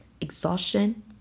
exhaustion